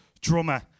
drummer